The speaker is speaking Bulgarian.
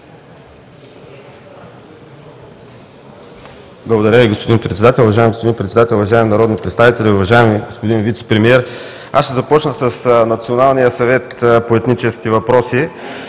Благодаря Ви, господин Председател. Уважаеми господин Председател, уважаеми народни представители, уважаеми господин Вицепремиер! Аз ще започна с Националния съвет по етнически въпроси.